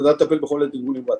לדעת לטפל בחולה בטיפול נמרץ.